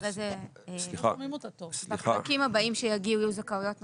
אחרי זה בפרקים הבאים שיגיעו יהיו זכאויות נוספות.